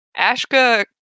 Ashka